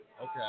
Okay